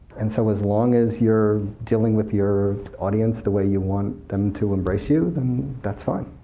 and so, as long as you're dealing with your audience the way you want them to embrace you, then that's fine.